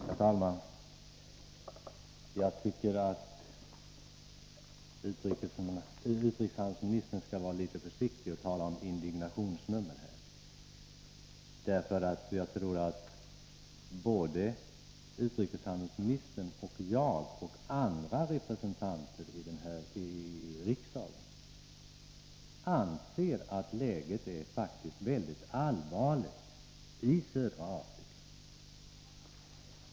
Herr talman! Jag tycker att utrikeshandelsministern skall vara litet försiktig när han talar om indignationsnummer. Både utrikeshandelsministern och jag, liksom säkert även andra ledamöter här i riksdagen, anser att läget i södra Afrika faktiskt är mycket allvarligt.